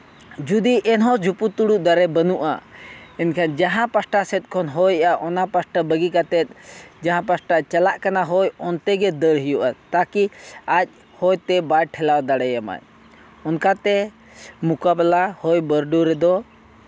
ᱡᱩᱫᱤ ᱮᱱᱦᱚᱸ ᱡᱷᱩᱯᱩᱛᱩᱲᱩᱜ ᱫᱟᱨᱮ ᱵᱟᱹᱱᱩᱜᱼᱟ ᱮᱱᱠᱷᱟᱱ ᱡᱟᱦᱟᱸ ᱯᱟᱥᱴᱟ ᱥᱮᱫ ᱠᱷᱚᱱ ᱦᱚᱭᱮᱜᱼᱟᱭ ᱚᱱᱟ ᱯᱟᱥᱴᱟ ᱵᱟᱹᱜᱤ ᱠᱟᱛᱮᱫ ᱡᱟᱦᱟᱸ ᱯᱟᱥᱴᱟ ᱪᱟᱞᱟᱜ ᱠᱟᱱᱟ ᱦᱚᱭ ᱚᱱᱛᱮ ᱜᱮ ᱫᱟᱹᱲ ᱦᱩᱭᱩᱜᱼᱟ ᱛᱟᱠᱤ ᱟᱡᱽ ᱦᱚᱭᱛᱮ ᱵᱟᱭ ᱴᱷᱮᱞᱟᱣ ᱫᱟᱲᱮᱣᱟᱢᱟ ᱚᱱᱠᱟᱛᱮ ᱢᱚᱠᱟᱵᱮᱞᱟ ᱦᱚᱭ ᱵᱟᱹᱨᱰᱩ ᱨᱮᱫᱚ